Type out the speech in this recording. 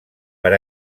per